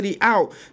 Out